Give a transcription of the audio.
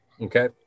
Okay